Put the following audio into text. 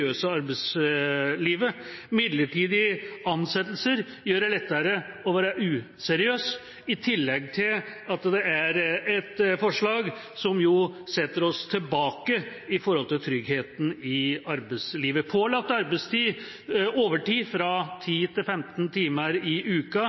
det seriøse arbeidslivet. Midlertidige ansettelser gjør det lettere å være useriøs, i tillegg til at det er et forslag som setter oss tilbake når det gjelder trygghet i arbeidslivet. Økt pålagt overtid fra